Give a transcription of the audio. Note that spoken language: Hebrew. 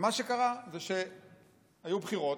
ומה שקרה זה שהיו בחירות,